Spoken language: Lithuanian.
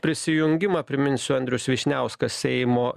prisijungimą priminsiu andrius vyšniauskas seimo